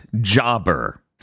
Jobber